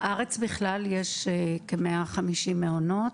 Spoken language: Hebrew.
בארץ בכלל יש כ-150 מעונות